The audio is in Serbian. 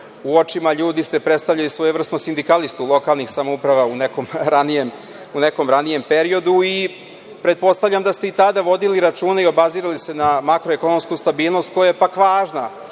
u očima ljudi ste predstavljali svojevrsnog sindikalistu lokalnih samouprava u nekom ranijem periodu i pretpostavljam da ste i tada vodili računa i obazirali se na makroekonomsku stabilnost, koja je pak važna